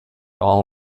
all